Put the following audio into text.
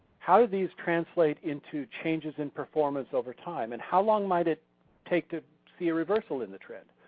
how do these translate into changes in performance over time and how long might it take to see a reversal in the trend?